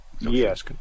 yes